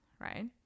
right